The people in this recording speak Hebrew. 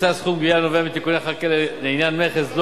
ממוצע סכום הגבייה הנובע מתיקוני החקיקה לעניין מכס,